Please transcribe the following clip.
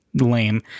lame